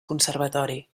conservatori